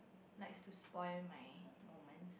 likes to spoil my moment